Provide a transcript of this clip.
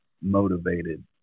motivated